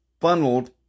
funneled